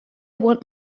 want